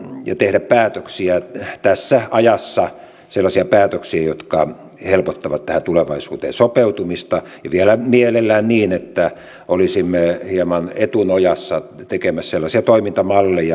tehdä päätöksiä tässä ajassa sellaisia päätöksiä jotka helpottavat tähän tulevaisuuteen sopeutumista ja vielä mielellään niin että olisimme hieman etunojassa tekemässä sellaisia toimintamalleja